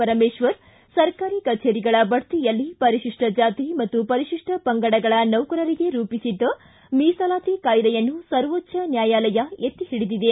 ಪರಮೇಶ್ವರ್ ಸರ್ಕಾರಿ ಕಛೇರಿಗಳ ಬಡ್ತಿಯಲ್ಲಿ ಪರಿಶಿಷ್ಠ ಜಾತಿ ಮತ್ತು ಪರಿಶಿಷ್ಟ ಪಂಗಡಗಳ ನೌಕರರಿಗೆ ರೂಪಿಸಿದ್ದ ಮೀಸಲಾತಿ ಕಾಯ್ದೆಯನ್ನು ಸರ್ವೋಚ್ದ ನ್ಯಾಯಾಲಯ ಎತ್ತಿಹಿಡಿದಿದೆ